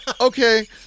okay